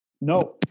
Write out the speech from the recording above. No